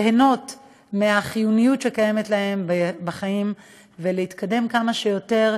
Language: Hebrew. ליהנות מהחיוניות שיש להם בחיים ולהתקדם כמה שיותר,